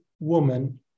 woman